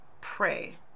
pray